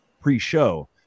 pre-show